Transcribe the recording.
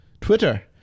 Twitter